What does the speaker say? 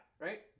right